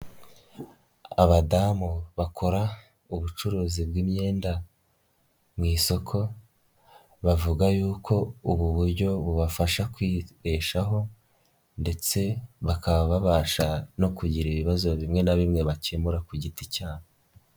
Abadamu bakora ubucuruzi bw'imyenda mu isoko, bavuga yuko ubu buryo bubafasha kwibeshaho ndetse bakaba babasha no kugira ibibazo bimwe na bimwe bakemura ku giti cyabo.